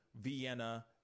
Vienna